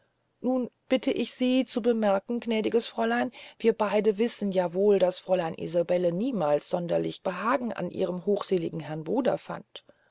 nun bitte ich sie zu bemerken gnädiges fräulein wir beyde wissen ja wohl daß fräulein isabelle niemals sonderliches behagen an ihrem hochseeligen herrn bruder fand